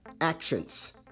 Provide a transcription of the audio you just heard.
actions